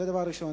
זה דבר ראשון.